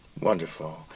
Wonderful